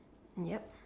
yeap